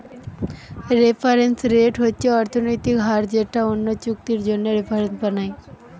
reference rate হচ্ছে অর্থনৈতিক হার যেটা অন্য চুক্তির জন্যে রেফারেন্স বানায়